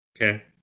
Okay